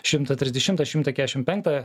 šimtą trisdešimtą šimtą kešim penktą